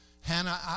Hannah